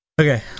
okay